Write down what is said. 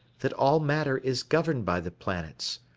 that all matter is governed by the planets.